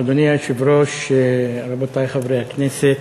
אדוני היושב-ראש, רבותי חברי הכנסת,